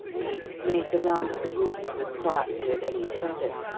cleek made the round of the rooms as quietly as any shadow,